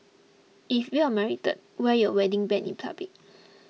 if you're married wear your wedding band in public